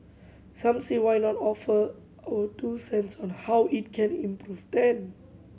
some say why not offer our two cents on how it can improve then